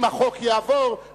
אם החוק יעבור,